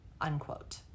unquote